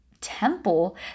temple